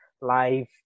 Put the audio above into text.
live